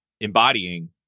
embodying